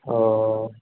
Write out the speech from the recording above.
ओ